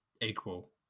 equal